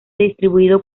distribuido